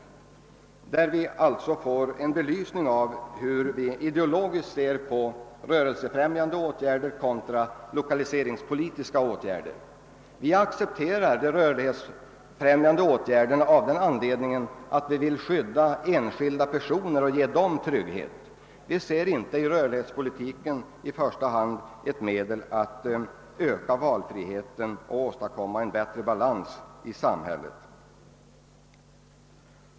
I denna reservation belyser vi vår ideologiska syn på frågan om rörelsefrämjande contra lokaliseringspolitiska åtgärder. Vi accepterar de rörlighetsfrämjande åtgärderna av den anledningen att de vill skydda enskilda personer och ge dem trygghet. Vi ser inte i rörlighetspolitiken i första hand ett medel att öka valfriheten och åstadkomma en bättre balans i samhället.